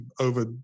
over